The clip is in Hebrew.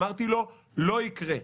ואמרתי לו: לא יקרה.